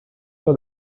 for